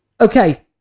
okay